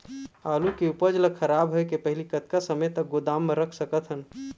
आलू के उपज ला खराब होय के पहली कतका समय तक गोदाम म रख सकत हन?